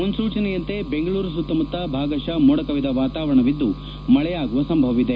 ಮುನ್ಸೂಚನೆಯಂತೆ ಬೆಂಗಳೂರು ಸುತ್ತಮುತ್ತ ಭಾಗಶ ಮೋಡ ಕವಿದ ವಾತಾವರಣವಿದ್ದು ಮಳೆಯಾಗುವ ಸಂಭವವಿದೆ